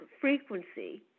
frequency